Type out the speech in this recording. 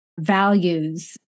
values